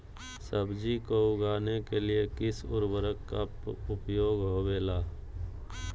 सब्जी को उगाने के लिए किस उर्वरक का उपयोग होबेला?